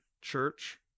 church